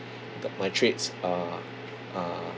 the my trades are uh